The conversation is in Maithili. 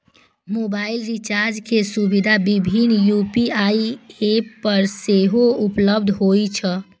मोबाइल रिचार्ज के सुविधा विभिन्न यू.पी.आई एप पर सेहो उपलब्ध होइ छै